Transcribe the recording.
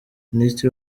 minisitiri